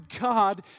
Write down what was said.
God